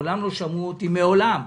מעולם לא שמעו אותי, מעולם.